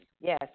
yes